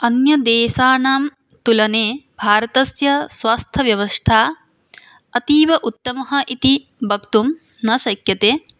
अन्यदेशानां तुलने भारतस्य स्वास्थ्यव्यवस्था अतीव उत्तमा इति वक्तुं न शक्यते